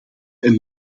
een